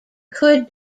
could